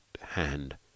hand